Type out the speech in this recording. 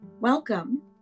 welcome